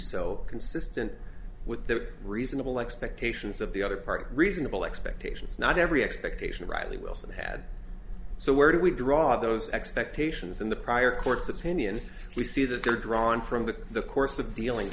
so consistent with their reasonable expectations of the other part reasonable expectations not every expectation rightly wilson had so where do we draw those expectations in the prior court's opinion we see that they're drawn from but the course of dealing